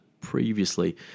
Previously